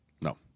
No